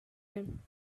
him